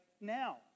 now